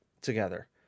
together